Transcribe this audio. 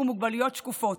ומוגבלויות שקופות.